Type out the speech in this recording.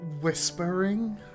whispering